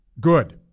Good